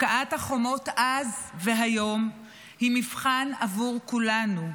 הפקעת החומות אז והיום היא מבחן עבור כולנו,